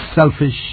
selfish